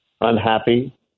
unhappy